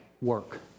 work